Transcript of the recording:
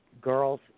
girls